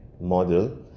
model